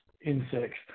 insects